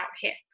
hits